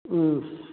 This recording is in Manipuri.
ꯎꯝ